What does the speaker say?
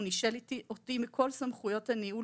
הוא נישל אותי מכל סמכויות הניהול